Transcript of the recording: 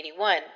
1981